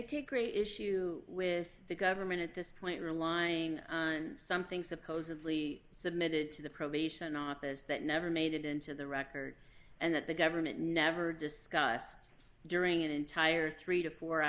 takes issue with the government at this point relying on something supposedly submitted to the probation office that never made it into the record and that the government never discussed during an entire three to four